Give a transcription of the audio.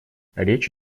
речь